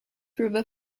river